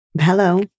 Hello